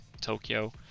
Tokyo